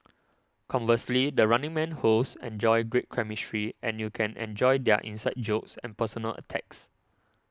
conversely the Running Man hosts enjoy great chemistry and you can enjoy their inside jokes and personal attacks